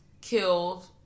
killed